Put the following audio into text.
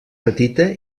petita